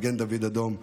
מגן דוד אדום,